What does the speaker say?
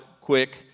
quick